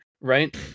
right